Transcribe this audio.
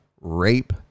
Rape